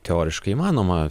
teoriškai įmanoma